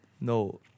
No